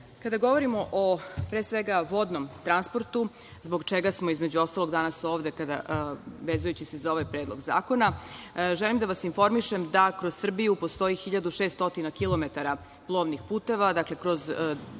govorimo o, pre svega, vodnom transportu, zbog čega smo između ostalog danas ovde vezujući se za ovaj Predlog zakona, želim da vas informišem da kroz Srbiju postoji 1.600 kilometara plovnih puteva. U pitanju